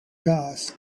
gas